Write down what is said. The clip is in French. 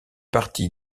parti